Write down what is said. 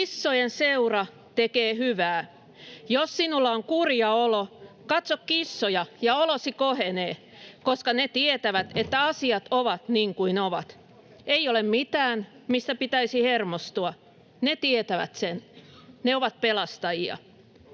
”Kissojen seura tekee hyvää. Jos sinulla on kurja olo, katso kissoja ja olosi kohenee, koska ne tietävät, että asiat ovat niin kuin ovat. Ei ole mitään, mistä pitäisi hermostua. Ne tietävät sen. Ne ovat pelastajia.”